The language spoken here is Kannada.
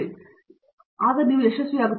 ಆದ್ದರಿಂದ ಅದು ವಾಹಕದಲ್ಲಿ ಯಶಸ್ವಿಯಾಗುತ್ತದೆ